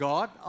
God